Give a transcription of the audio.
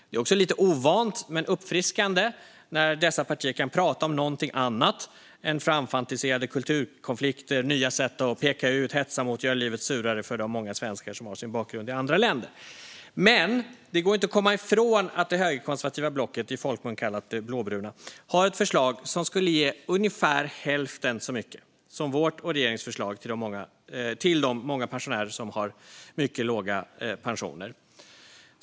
Det är också lite ovant men uppfriskande när dessa partier kan prata om någonting annat är framfantiserade kulturkonflikter eller nya sätt att peka ut, hetsa mot och göra livet surare för de många svenskar som har sin bakgrund i andra länder. Men det går inte att komma ifrån att det högerkonservativa blocket - i folkmun kallat de blåbruna - har ett förslag som skulle ge ungefär hälften så mycket som vårt och regeringens förslag till de många pensionärer som har mycket låga pensioner.